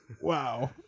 Wow